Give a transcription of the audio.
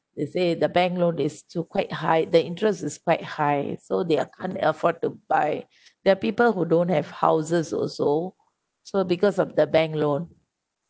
they say the bank loan is too quite high the interest is quite high so they uh can't afford to buy there are people who don't have houses also so because of the bank loan